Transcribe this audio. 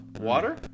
Water